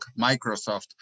Microsoft